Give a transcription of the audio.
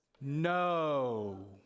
no